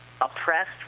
oppressed